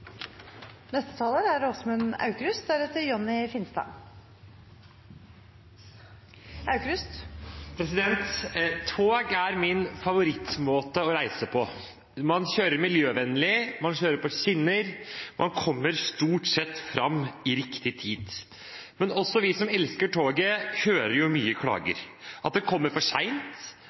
Tog er min favorittmåte å reise på. Man kjører miljøvennlig, man kjører på skinner, man kommer stort sett fram i riktig tid. Men også vi som elsker toget, hører mange klager – om at toget kommer for